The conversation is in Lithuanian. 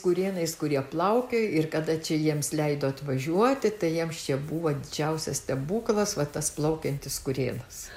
kurėnais kur jie plaukiojo ir kada čia jiems leido atvažiuoti tai jiems čia buvo didžiausias stebuklas va tas plaukiantis kurėnas